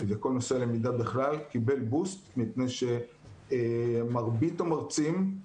וכל נושא הלמידה בכלל קיבל בוסט מפני שמרבית המרצים,